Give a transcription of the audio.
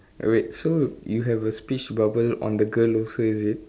eh wait so you have a speech bubble on the girl also is it